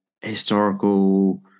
historical